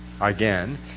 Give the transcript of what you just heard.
again